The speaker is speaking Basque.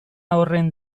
horren